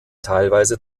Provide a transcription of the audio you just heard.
teilweise